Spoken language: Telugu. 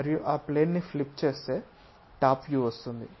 మరియు ఆ ప్లేన్ ని ఫ్లిప్ చేస్తే టాప్ వ్యూ వస్తుంది